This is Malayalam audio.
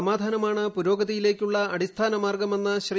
സമാധാനമാണ് പുരോഗതിയിലേക്കുള്ള അടിസ്ഥാന മാർഗമെന്ന് ശ്രീ